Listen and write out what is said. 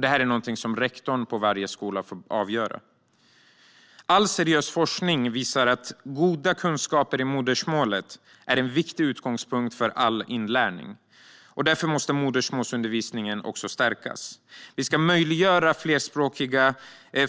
Detta är något som rektorn på varje skola själv får avgöra. All seriös forskning visar att goda kunskaper i modersmålet är en viktig utgångspunkt för all inlärning. Därför måste modersmålsundervisningen också stärkas. Vi ska möjliggöra